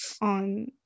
on